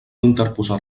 interposar